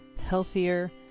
healthier